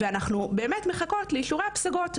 ואנחנו באמת מחכות לאישורי הפסגות.